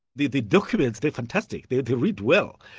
the the documents, they're fantastic, they read well.